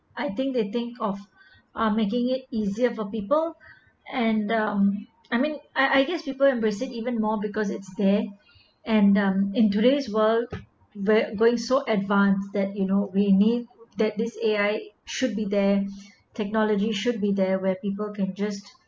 I think they think of uh making it easier for people and um I mean I I guess people embrace it even more because it's there and um in today's world we're going so advance that you know we need that this A_I should be there technology should be there where people can just